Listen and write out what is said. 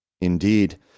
Indeed